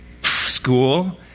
School